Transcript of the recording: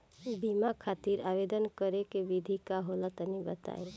बीमा खातिर आवेदन करावे के विधि का होला तनि बताईं?